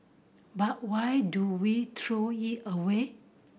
but why do we throw it away